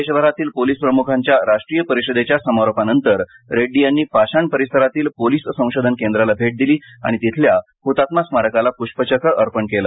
देशभरातील पोलीस प्रमुखांच्या राष्ट्रीय परिषदेच्या समारोपानंतर रेड्डी यांनी पाषाण परिसरातील पोलीस संशोधन केंद्राला भेट दिली आणि तिथल्या हतात्मा स्मारकाला प्रष्पचक्र अर्पण केलं